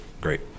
Great